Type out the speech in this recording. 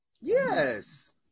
Yes